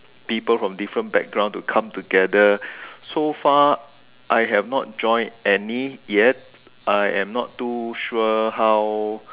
people from different background to come together so far I have not join any yet I am not too sure how